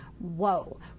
whoa